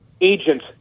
agent